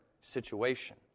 situation